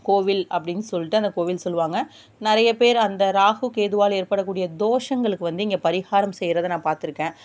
கோவில் அப்படின் சொல்லிட்டு அந்த கோவில் சொல்லுவாங்க நிறைய பேர் அந்த ராகு கேதுவால் ஏற்படக்கூடிய தோஷங்களுக்கு வந்து இங்கே பரிகாரம் செய்யறதை பார்த்துருக்கேன்